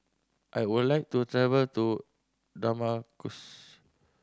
I would like to travel to Damascus